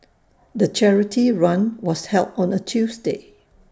the charity run was held on A Tuesday